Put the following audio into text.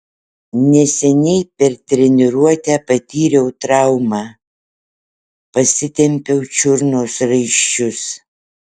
neseniai per treniruotę patyriau traumą pasitempiau čiurnos raiščius